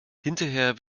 hinterher